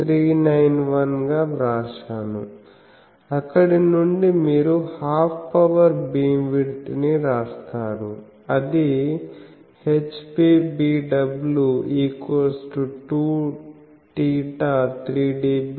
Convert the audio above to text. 391 గా వ్రాశాను అక్కడి నుండి మీరు హాఫ్ పవర్ భీమ్విడ్త్ ని రాస్తారు అది HPBW2θ3dB2sin 10